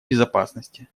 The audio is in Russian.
безопасности